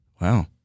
Wow